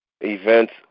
events